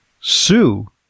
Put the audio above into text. Sue